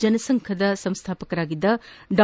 ಜನಸಂಘದ ಸಂಸ್ಥಾಪಕರಾಗಿದ್ದ ಡಾ